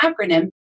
acronym